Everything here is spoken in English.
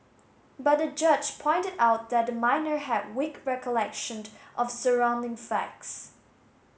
but the judge pointed out that the minor had weak recollection of surrounding facts